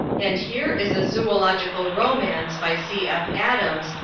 and here is a zoological romance, by c. f. adams,